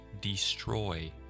destroy